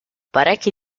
parecchi